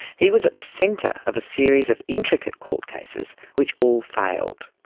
he was at the centre of a series of intricate court cases which all failed,